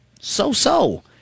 so-so